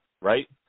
right